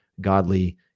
godly